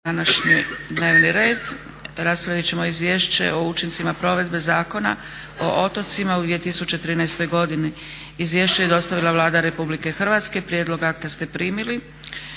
današnji dnevni red. Raspraviti ćemo: - Izvješće o učincima provedbe Zakona o otocima u 2013. godini Izvješće je dostavila Vlada Republike Hrvatske. Prijedlog akta ste primili.